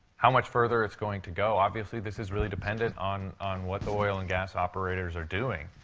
how much further it's going to go. obviously, this is really dependent on on what the oil and gas operators are doing.